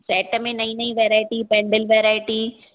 set में नई नई वेरायटी पेंडल वेरायटी